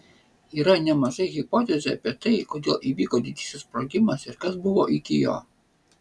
yra nemažai hipotezių apie tai kodėl įvyko didysis sprogimas ir kas buvo iki jo